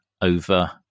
over